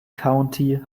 county